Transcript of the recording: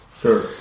Sure